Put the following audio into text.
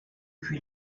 puy